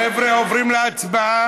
חבר'ה, עוברים להצבעה.